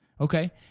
Okay